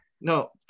no